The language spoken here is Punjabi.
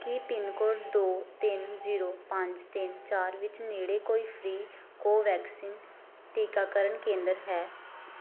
ਕੀ ਪਿੰਨ ਕੋਡ ਦੋ ਤਿੰਨ ਜ਼ੀਰੋ ਪੰਜ ਤਿੰਨ ਚਾਰ ਵਿੱਚ ਨੇੜੇ ਕੋਈ ਫ੍ਰੀ ਕੋਵੈਕਸਿਨ ਟੀਕਾਕਰਨ ਕੇਂਦਰ ਹੈ